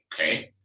okay